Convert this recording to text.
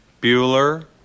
Bueller